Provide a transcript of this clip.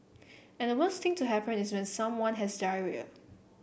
and the worst thing to happen is when someone has diarrhoea